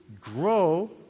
grow